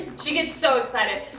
she gets so excited!